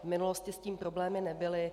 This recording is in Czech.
V minulosti s tím problémy nebyly.